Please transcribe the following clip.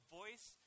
voice